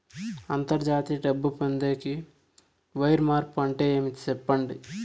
అంతర్జాతీయ డబ్బు పొందేకి, వైర్ మార్పు అంటే ఏమి? సెప్పండి?